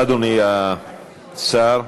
תודה רבה, אדוני השר.